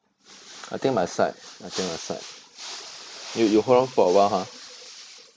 I think my side I think my side you you hold on for a while !huh!